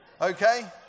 Okay